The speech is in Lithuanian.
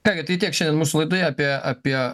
ką gi tai tiek šiandien mūsų laidoje apie apie